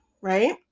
right